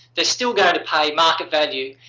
they're still going to pay market value.